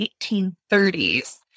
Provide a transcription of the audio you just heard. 1830s